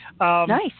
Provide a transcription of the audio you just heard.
nice